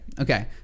Okay